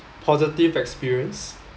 positive experience